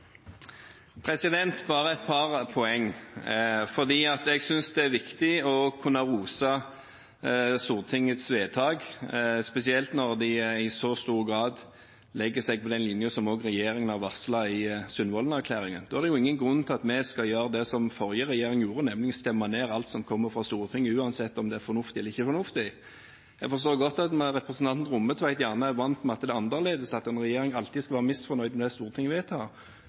pause. Bare et par poenger: Jeg synes det er viktig å kunne rose Stortingets vedtak, spesielt når man i så stor grad legger seg på den linjen som regjeringen varslet i Sundvolden-erklæringen. Da er det jo ingen grunn til at vi skal gjøre det som den forrige regjeringen gjorde, nemlig stemme ned alt som kommer fra Stortinget, uansett om det er fornuftig eller ikke fornuftig. Jeg forstår godt at representanten Rommetveit er vant til at det er annerledes, og at en regjering alltid skal være misfornøyd med det Stortinget vedtar.